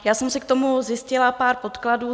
Já jsem si k tomu zjistila pár podkladů.